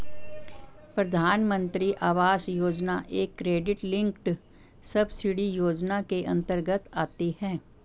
प्रधानमंत्री आवास योजना एक क्रेडिट लिंक्ड सब्सिडी योजना के अंतर्गत आती है